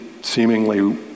seemingly